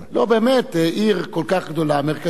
לא, באמת, עיר כל כך גדולה, מרכזית.